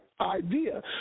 idea